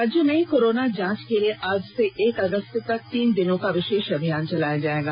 राज्य में कोरोना जांच के लिए आज से एक अगस्त तक तीन दिनों का विशेष अभियान चलाया जाएगा